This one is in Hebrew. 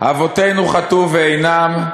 אבותינו חטאו ואינם,